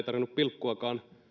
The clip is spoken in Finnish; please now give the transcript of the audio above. tarvinnut pilkkuakaan